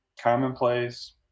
commonplace